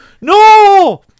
No